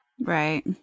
Right